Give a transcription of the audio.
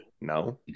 no